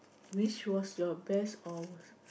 which was your best or worst